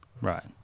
Right